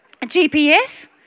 GPS